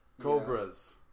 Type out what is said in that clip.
cobras